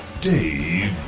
Dave